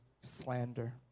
slander